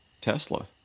Tesla